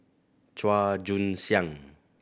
Chua Joon Siang